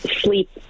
sleep